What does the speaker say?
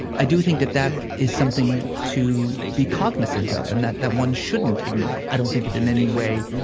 i do think that that is something to be cognizant of. and that that one shouldn't ignore. i don't think it in any way,